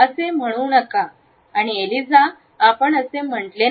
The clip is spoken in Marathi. असे म्हणू नका नाही एलिझा आपण असे म्हटले नाही